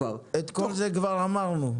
תוך --- כל זה כבר אמרנו.